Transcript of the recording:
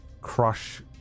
crush